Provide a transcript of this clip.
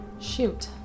Shoot